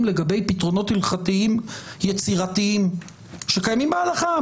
לגבי פתרונות הלכתיים יצירתיים שקיימים בהלכה,